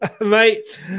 mate